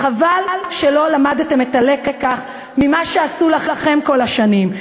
חבל שלא למדתם את הלקח ממה שעשו לכם כל השנים.